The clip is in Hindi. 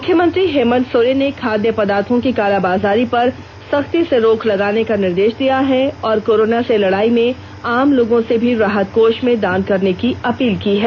मुख्यमंत्री हेमंत सोरेन ने खादय पदार्थों की कालाबाजारी पर सख्ती से रोक लगाने का निर्देष दिया है और कोरोना से लड़ाई में आम लोगों से भी राहत कोष में दान करने की अपील की है